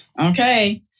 Okay